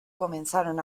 comenzaron